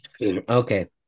Okay